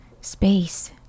space